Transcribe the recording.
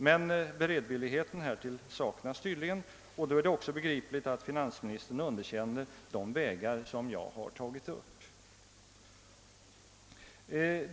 Men beredvilligheten därtill saknas tydligen, och då är det också begripligt att finansministern underkänner de vägar som jag visat på.